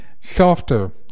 softer